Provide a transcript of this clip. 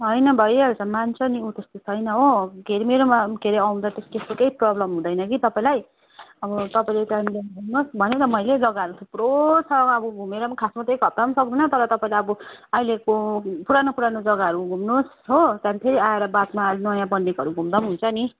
होइन भइहाल्छ मान्छ नि ऊ त्यस्तो छैन हो के रे मेरोमा के रे आउँदा त्यस्तो केही प्रब्लम हुँदैन कि तपाईँलाई अब तपाईँले भनेँ त मैले जग्गाहरू थुप्रो छ घुमेर नि खासमा चाहिँ एक हप्ता पनि सक्दैन तर अब अहिलेको पुरानो पुरानो जग्गाहरू घुम्नुहोस् हो त्यहाँदेखि फेरि आएर बादमा आएर नयाँ बनिएकोहरू घुम्दा पनि हुन्छ नि